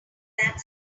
that